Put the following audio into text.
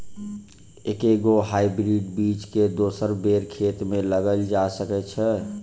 एके गो हाइब्रिड बीज केँ दोसर बेर खेत मे लगैल जा सकय छै?